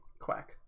quack